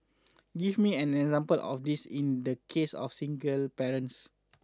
give me an example of this in the case of single parents